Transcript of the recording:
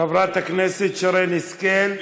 חברת הכנסת שרן השכל,